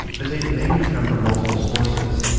the tape may have come from multiple sources.